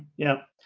yeah.